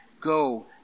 Go